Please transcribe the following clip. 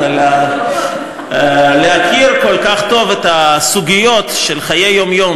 אבל להכיר כל כך טוב את הסוגיות של חיי היום-יום